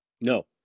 No